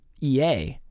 EA